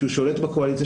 כשהוא שולט בקואליציה,